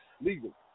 legal